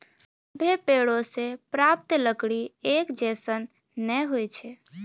सभ्भे पेड़ों सें प्राप्त लकड़ी एक जैसन नै होय छै